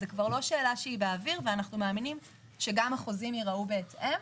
זו כבר לא שאלה שהיא באוויר ואנחנו מאמינים שגם החוזים יראו בהתאם.